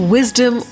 Wisdom